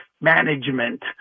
management